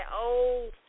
old